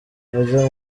bajya